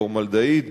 פורמלדהיד.